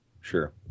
Sure